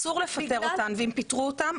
אסור לפטר אותן ואם פיטרו אותן,